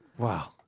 Wow